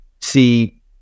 see